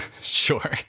Sure